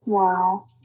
Wow